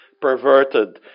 perverted